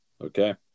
Okay